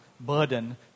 burden